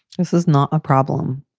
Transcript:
this is not a problem.